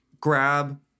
grab